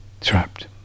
trapped